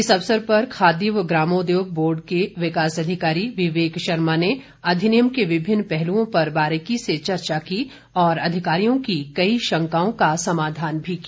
इस अवसर पर खादी व ग्रामोदयोग बोर्ड के विकास अधिकारी विवेक शर्मा ने अधिनियम के विभिन्न पहलुओं पर बारीकी से चर्चा की और अधिकारियों की कई शंकाओं का समाधान भी किया